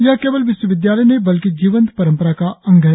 यह केवल विश्वविदयालय नहीं बल्कि जीवंत परंपरा का अंग है